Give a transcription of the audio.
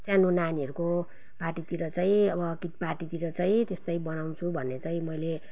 सानो नानीहरूको पार्टीतिर चाहिँ अब किड पार्टीतिर चाहिँ त्यस्तै बनाउँछु भन्ने चाहिँ मैले